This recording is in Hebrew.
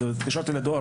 התקשרתי לדואר,